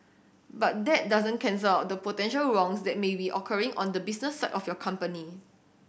but that doesn't cancel out the potential wrongs that may be occurring on the business of your company